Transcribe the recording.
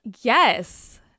Yes